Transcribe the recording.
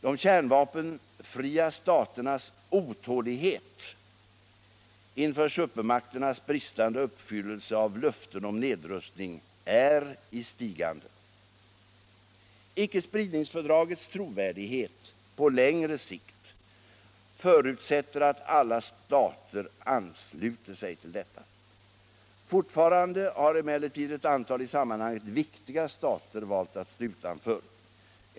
De kärnvapenfria staternas otålighet inför supermakternas bristande uppfyllelse av löftena om nedrustning är i stigande. Icke-spridningsfördragets trovärdighet på längre sikt förutsätter att alla stater ansluter sig till detta. Fortfarande har emellertid ett antal i sam manhanget viktiga stater valt att stå utanför.